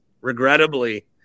regrettably